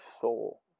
soul